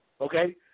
okay